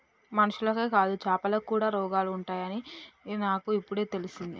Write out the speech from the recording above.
మనుషులకే కాదు చాపలకి కూడా రోగాలు ఉంటాయి అని నాకు ఇపుడే తెలిసింది